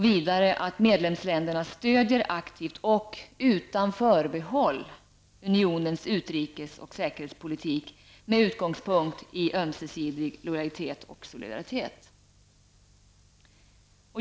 Vidare sägs ''att medlemsländerna stödjer aktivt och utan förbehåll unionens utrikes och säkerhetspolitik med utgångspunkt i ömsesidig lojalitet och solidaritet''.